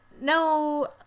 no